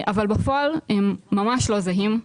אבל בפועל הם ממש לא זהים.